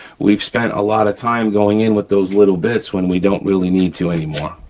we've spent a lot of time going in with those little bits when we don't really need to anymore,